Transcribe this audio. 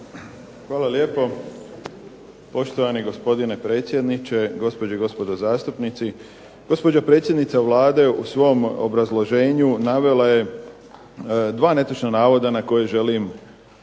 Hvala lijepo poštovani gospodine predsjedniče, gospođe i gospodo zastupnici. Gospođa predsjednica Vlade u svom obrazloženju navela je 2 netočna navoda na koje želim intervenirati.